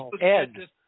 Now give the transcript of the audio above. Ed